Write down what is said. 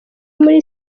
muri